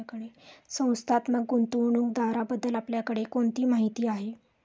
संस्थात्मक गुंतवणूकदाराबद्दल आपल्याकडे कोणती माहिती आहे?